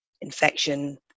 infection